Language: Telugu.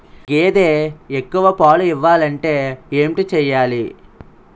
గేదె ఎక్కువ పాలు ఇవ్వాలంటే ఏంటి చెయాలి?